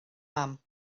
mam